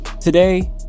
Today